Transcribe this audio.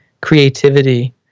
creativity